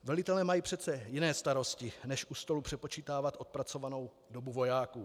Velitelé mají přece jiné starosti než u stolu přepočítávat odpracovanou dobu vojáků.